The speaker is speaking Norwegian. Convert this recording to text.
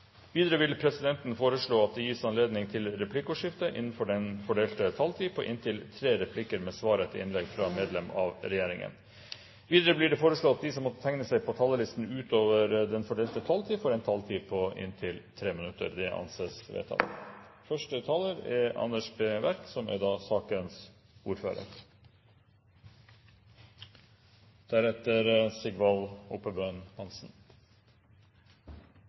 svar etter innlegg fra medlem av regjeringen innenfor den fordelte taletid. Videre blir det foreslått at de som måtte tegne seg på talerlisten utover den fordelte taletid, får en taletid på inntil 3 minutter. – Det anses vedtatt.